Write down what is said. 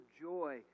joy